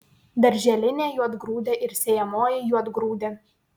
darželinė juodgrūdė ir sėjamoji juodgrūdė